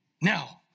Now